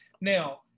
Now